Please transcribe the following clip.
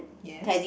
yes